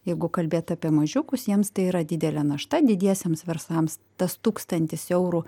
jeigu kalbėt apie mažiukus jiems tai yra didelė našta didiesiems verslams tas tūkstantis eurų